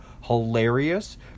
hilarious